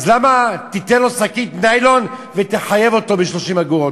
אז למה תיתן לו שקית ניילון ותחייב אותו ב-30 אגורות?